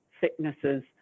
thicknesses